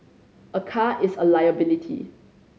a car is a liability